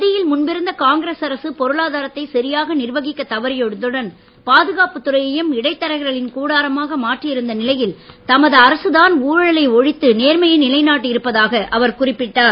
மத்தியில் முன்பிருந்த காங்கிரஸ் அரசு பொருளாதாரத்தை சரியாக நிர்வகிக்கத் தவறியதுடன் பாதுகாப்பு துறையையும்இடைத்தரகர்களின் கூடாரமாக மாற்றியிருந்த நிலையில் தமது அரசு தான் ஊழலை ஒழித்து நேர்மையை நிலை நாட்டியிருப்பதாக அவர் குறிப்பிட்டார்